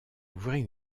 ouvrit